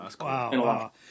wow